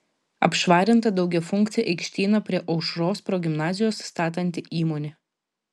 apšvarinta daugiafunkcį aikštyną prie aušros progimnazijos statanti įmonė